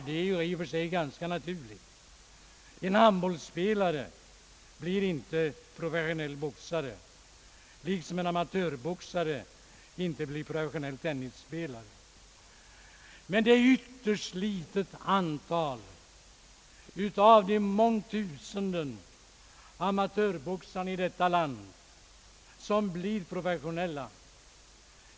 Det är i och för sig ganska naturligt — en handbollsspelare blir inte professionell boxare liksom en amatörboxare inte blir en professionell tennisspelare. Men det är ett ytterst litet antal av de många tusen amatör boxarna i detta land som blir professionella.